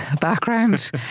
background